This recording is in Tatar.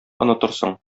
онытырсың